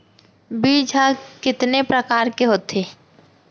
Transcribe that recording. बीज ह कितने प्रकार के होथे?